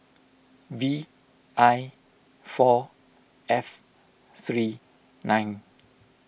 V I four F three nine